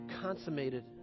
consummated